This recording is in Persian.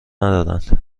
ندارند